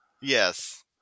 Yes